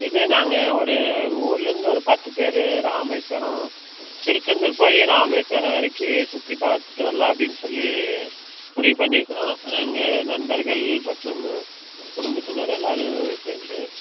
இது நாங்கள் ஒரு ஊரிலேருந்து ஒரு பத்து பேர் ராமேஸ்வரம் திருச்செந்தூர் போய் ராமேஸ்வரம் வரைக்கு சுற்றி பார்த்துட்டு வரலான் அப்படின் சொல்லி முடிவு பண்ணியிருக்கறோம் நாங்கள் நண்பர்கள் மற்றும் குடும்பத்தினர் எல்லோரும் சேர்ந்து